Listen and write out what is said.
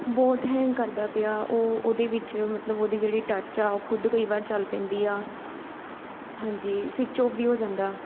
ਬਹੁਤ ਹੈਂਗ ਕਰਦਾ ਪਿਆ ਉਹ ਉਹਦੇ ਵਿੱਚ ਮਤਲਬ ਉਹਦੀ ਜਿਹੜੀ ਟੱਚ ਆ ਉਹ ਖੁਦ ਕਈ ਵਾਰ ਚੱਲ ਪੈਂਦੀ ਆ ਹਾਂਜੀ ਸਵਿੱਚ ਔਫ ਵੀ ਹੋ ਜਾਂਦਾ